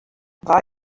war